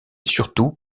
surtout